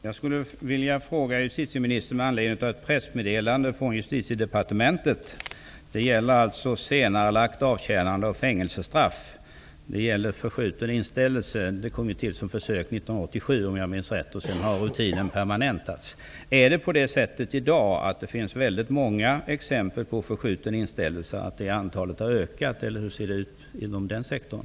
Fru talman! Jag skulle med anledning av ett pressmeddelande från Justitiedepartementet vilja ställa en fråga till justitieministern. Det gäller senarelagt avtjänande av fängelsestraff och förskjuten inställelse. Om jag minns rätt kom detta till på försök 1987, sedan har rutinen permanentats. Finns det i dag många exempel på förskjuten inställelse? Har antalet ökat? Hur ser det ut inom den sektorn?